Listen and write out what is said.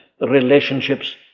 relationships